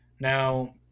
Now